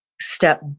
step